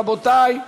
רבותי,